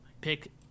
pick